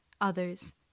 others